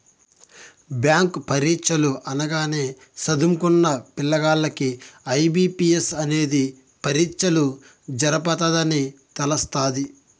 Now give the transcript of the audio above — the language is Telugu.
బ్యాంకు పరీచ్చలు అనగానే సదుంకున్న పిల్లగాల్లకి ఐ.బి.పి.ఎస్ అనేది పరీచ్చలు జరపతదని తెలస్తాది